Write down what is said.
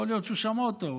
יכול להיות שהוא שמע אותו.